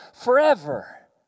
forever